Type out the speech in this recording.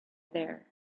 there